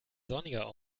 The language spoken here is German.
sonniger